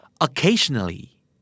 Occasionally